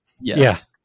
Yes